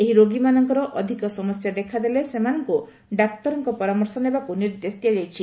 ଏହି ରୋଗୀମାନଙ୍କର ଅଧିକ ସମସ୍ୟା ଦେଖାଦେଲେ ସେମାନଙ୍କୁ ଡାକ୍ତରଙ୍କ ପରାମର୍ଶ ନେବାକୁ ନିର୍ଦ୍ଦେଶ ଦିଆଯାଇଛି